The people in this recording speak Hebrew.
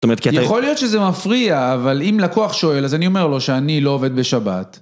יכול להיות שזה מפריע, אבל אם לקוח שואל, אז אני אומר לו שאני לא עובד בשבת.